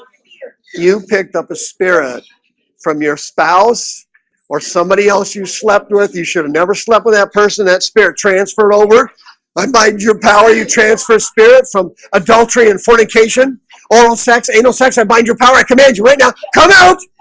you picked up a spirit from your spouse or somebody else you slept with you should have and never slept with that person that spirit transfer over by by your power you transfer spirit from adultery and fornication oral sex anal sex i bind your power command you right now come out